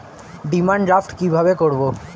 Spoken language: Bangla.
ডিমান ড্রাফ্ট কীভাবে করব?